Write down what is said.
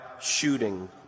shooting